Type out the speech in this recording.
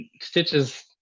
Stitches